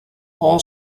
all